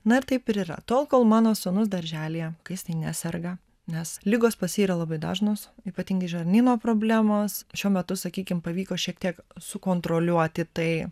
na ir taip ir yra tol kol mano sūnus darželyje kas jisai neserga nes ligos pas jį yra labai dažnos ypatingai žarnyno problemos šiuo metu sakykim pavyko šiek tiek sukontroliuoti tai